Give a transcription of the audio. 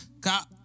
got